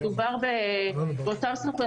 מדובר באותן סמכויות,